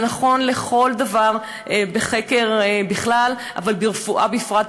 זה נכון לכל דבר במחקר בכלל, אבל ברפואה בפרט.